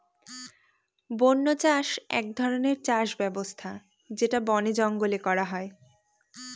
বন্য চাষ এক ধরনের চাষ ব্যবস্থা যেটা বনে জঙ্গলে করা হয়